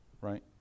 right